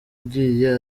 yagiye